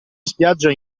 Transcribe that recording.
spiaggia